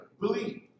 believe